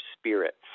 spirits